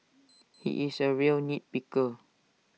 he is A real nit picker